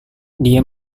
dia